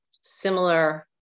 similar